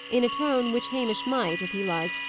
in a tone which hamish might, if he liked,